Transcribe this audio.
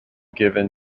given